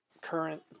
current